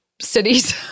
cities